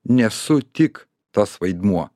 nesu tik tas vaidmuo